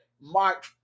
mark